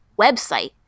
website